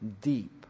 deep